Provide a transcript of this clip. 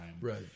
Right